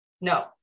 No